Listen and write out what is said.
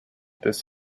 this